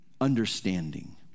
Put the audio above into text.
understanding